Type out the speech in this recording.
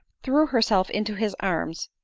threw herself into his arms,